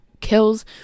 kills